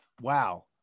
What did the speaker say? wow